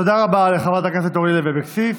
תודה רבה לחברת הכנסת אורלי לוי אבקסיס.